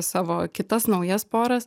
savo kitas naujas poras